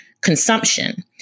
consumption